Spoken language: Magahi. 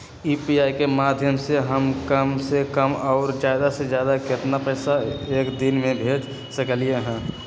यू.पी.आई के माध्यम से हम कम से कम और ज्यादा से ज्यादा केतना पैसा एक दिन में भेज सकलियै ह?